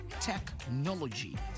technology